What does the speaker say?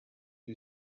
who